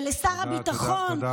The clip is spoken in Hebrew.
שלשר הביטחון,